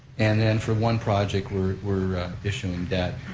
and then for one project we're we're issuing debt,